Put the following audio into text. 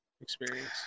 experience